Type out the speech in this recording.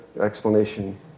explanation